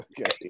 Okay